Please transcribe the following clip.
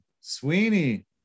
Sweeney